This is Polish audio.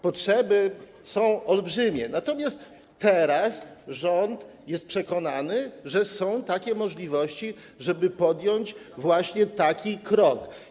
Potrzeby są olbrzymie, natomiast teraz rząd jest przekonany, że są takie możliwości, żeby podjąć właśnie taki krok.